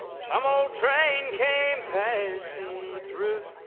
some old train came passin' through.